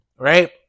Right